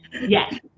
yes